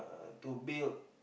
uh to build